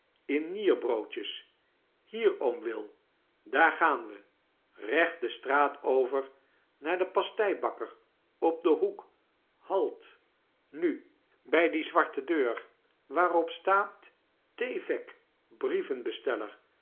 in nierbroodjes hier oom will daar gaan we recht de straat over naar den pasteibakker op den hoek halt nu bij die zwarte deur waarop staat t